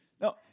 No